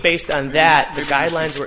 based on that the guidelines were